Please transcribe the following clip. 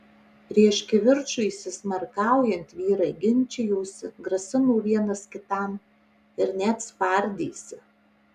prieš kivirčui įsismarkaujant vyrai ginčijosi grasino vienas kitam ir net spardėsi